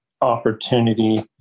opportunity